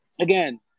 again